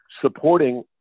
supporting